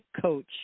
coach